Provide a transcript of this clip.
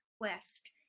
west